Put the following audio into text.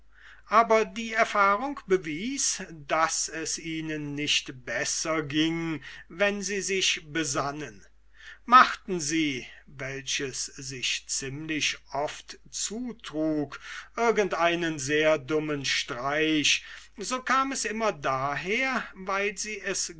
aber die erfahrung bewies daß es ihnen nicht besser ging wenn sie sich besannen machten sie welches ziemlich oft begegnete irgend einen sehr dummen streich so kam es immer daher weil sie es